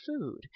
food